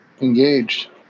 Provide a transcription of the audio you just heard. engaged